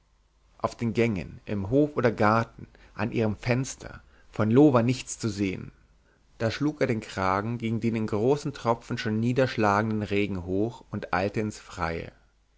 auf den gängen im hof oder garten an ihrem fenster von loo war nichts zu sehen da schlug er den kragen gegen den in großen tropfen schon niederschlagenden regen hoch und eilte ins freie